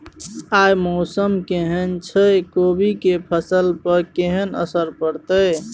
आय मौसम केहन छै कोबी के फसल पर केहन असर परतै?